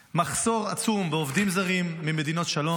מחסור עצום בעובדים זרים ממדינות שלום.